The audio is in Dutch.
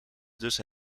dus